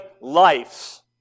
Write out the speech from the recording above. lives